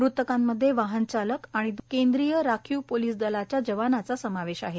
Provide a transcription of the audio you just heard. मृतकामध्ये वाहन चालक आणि द्रसरा केंद्रीय राखीव पोलिस दलाच्या जवानाचा समावेश आहे